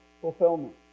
fulfillment